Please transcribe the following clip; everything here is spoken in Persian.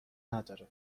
نداره